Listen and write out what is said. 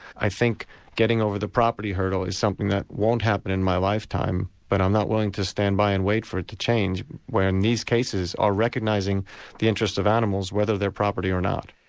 i think getting over the property hurdle is something that won't happen in my lifetime, but i'm not willing to stand by and wait for it to change when these cases are recognising the interests of animals, whether they're property or not.